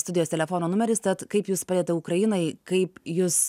studijos telefono numeris tad kaip jūs padedat ukrainai kaip jūs